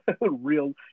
real